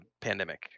pandemic